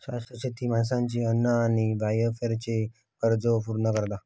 शाश्वत शेती माणसाची अन्न आणि फायबरच्ये गरजो पूर्ण करता